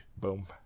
Boom